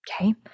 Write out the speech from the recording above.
okay